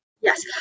Yes